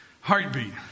Heartbeat